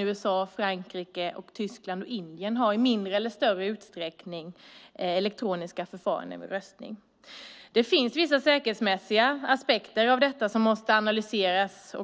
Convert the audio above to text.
USA, Frankrike, Tyskland och Indien har i mindre eller större utsträckning elektroniska förfaranden vid röstning. Det finns vissa säkerhetsmässiga aspekter av detta som måste analyseras.